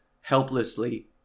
helplessly